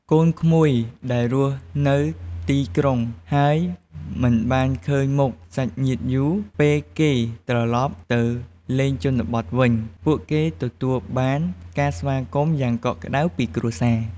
កូនក្មួយដែលរស់នៅទីក្រុង ហើយមិនបានឃើញមុខសាច់ញាតិយូរ ពេលគេត្រឡប់ទៅលេងជនបទវិញ ពួកគេទទួលបានការស្វាគមន៍យ៉ាងកក់ក្តៅពីគ្រួសារ។